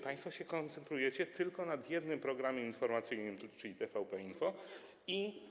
Państwo się koncentrujecie tylko na jednym programie informacyjnym, czyli TVP Info i.